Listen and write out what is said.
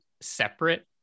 separate